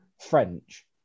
French